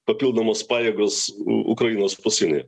papildomos pajėgos ukrainos pasienyje